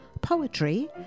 poetry